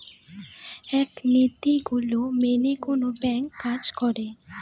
এক নীতি গুলো মেনে কোনো ব্যাঙ্ক কাজ করে